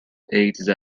ایدز